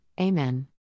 Amen